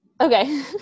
okay